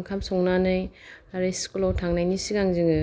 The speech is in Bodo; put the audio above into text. ओंखाम संनानै आरो स्कुलाव थांनायनि सिगां जोङो